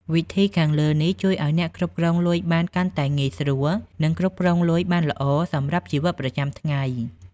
វិធីខាងលើនេះជួយឱ្យអ្នកគ្រប់គ្រងលុយបានកាន់តែងាយស្រួល និងគ្រប់គ្រងលុយបានល្អសម្រាប់ជីវិតប្រចាំថ្ងៃ។